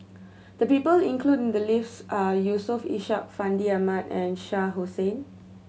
the people included in the list are Yusof Ishak Fandi Ahmad and Shah Hussain